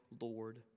Lord